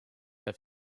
have